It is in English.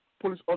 police